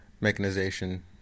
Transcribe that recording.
mechanization